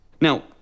Now